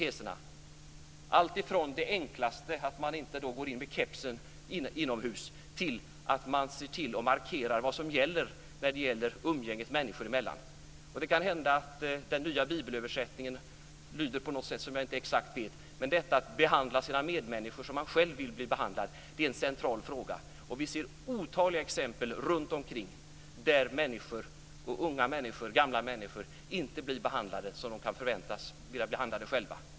Det gäller allt från det enklaste, att man inte går med keps inomhus, till att vi markerar vad som gäller i umgänget människor emellan. Den nya bibelöversättningens exakta lydelse kan det hända att jag inte känner till. Men detta att behandla sina medmänniskor som man själv vill bli behandlad är en central fråga.